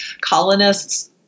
colonists